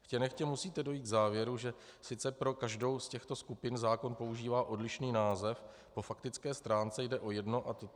Chtě nechtě musíte dojít k závěru, že sice pro každou z těchto skupin zákon používá odlišný název, po faktické stránce jde o jedno a totéž.